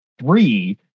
Three